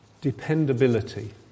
dependability